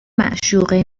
معشوقه